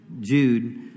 Jude